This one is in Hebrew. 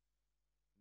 היום ט"ז בסיוון התשפ"ב,